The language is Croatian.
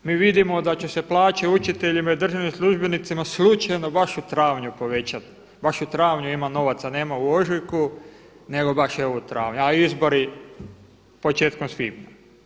Mi vidimo da će se plaće učiteljima i državnim službenicima slučajno baš u travnju povećati, baš u travnju ima novaca a nema u ožujku nego baš evo u travnju a izbori početkom svibnja.